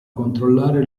controllare